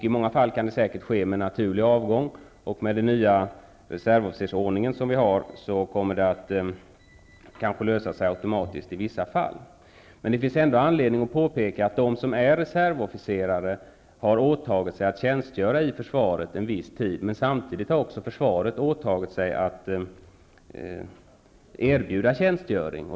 I många fall kan det säkert ske genom naturligt avgång, och med nya reservofficersordningen kommer det kanske i vissa fall att lösa sig automatiskt. Men det finns ändå anledning att påpeka att de som är reservofficerare har åtagit sig att tjänstgöra i försvaret under en viss tid, samtidigt som försvaret har erbjudit sig att tillhandahålla tjänstgöring.